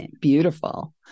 Beautiful